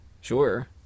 sure